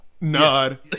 nod